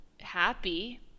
happy